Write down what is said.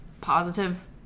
positive